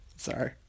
sorry